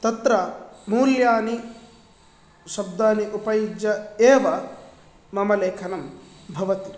तत्र मूल्यानि शब्दानि उपयुज्य एव मम लेखनं भवति